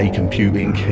computing